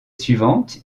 suivante